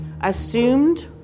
assumed